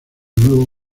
nuevo